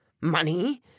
money